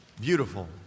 beautiful